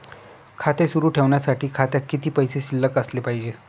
खाते सुरु ठेवण्यासाठी खात्यात किती पैसे शिल्लक असले पाहिजे?